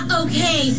okay